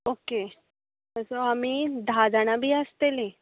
okay so आमी धा जाणां बी आसतलीं